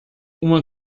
uma